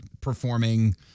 performing